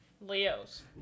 leos